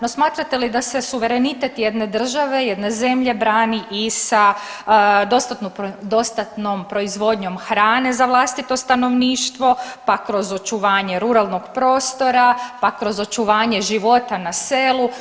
No, smatrate li da se suverenitet jedne države, jedne zemlje brani i sa dostatnom proizvodnjom hrane za vlastito stanovništvo pa kroz očuvanje ruralnog prostora, pa kroz očuvanje života na selu.